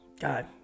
god